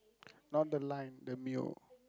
not the line the Mio